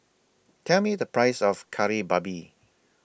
Tell Me The Price of Kari Babi